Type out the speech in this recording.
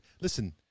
Listen